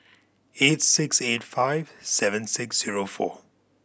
eight six eight five seven six zero four